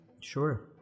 Sure